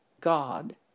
God